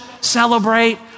celebrate